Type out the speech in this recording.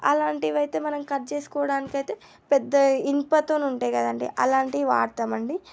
అలాంటివైతే మనం కట్ చేస్కోవడానికి అయితే పెద్ద ఇనపతోని ఉంటాయి కదండి అలాంటియి వాడతామండి